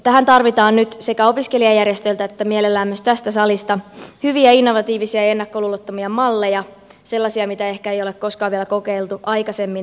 tähän tarvitaan nyt sekä opiskelijajärjestöiltä että mielellään myös tästä salista hyviä innovatiivisia ja ennakkoluulottomia malleja sellaisia mitä ehkä ei ole koskaan vielä kokeiltu aikaisemmin